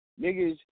Niggas